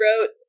wrote